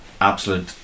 absolute